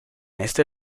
este